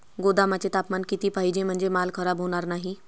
गोदामाचे तापमान किती पाहिजे? म्हणजे माल खराब होणार नाही?